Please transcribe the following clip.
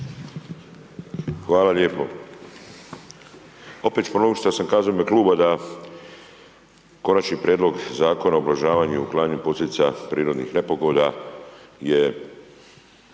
Hvala lijepo. Opet ću ponoviti što sam kazao u ime kluba, da konačni prijedlog Zakona o ublažavanju i uklanjanju posljedica prirodnih nepogoda je